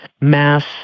mass